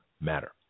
matter